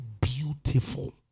beautiful